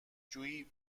جویی